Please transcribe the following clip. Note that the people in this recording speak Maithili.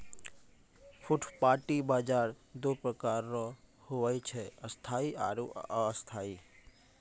फुटपाटी बाजार दो प्रकार रो हुवै छै स्थायी आरु अस्थायी